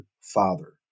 father